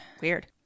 Weird